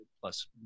plus